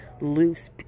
loose